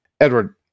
Edward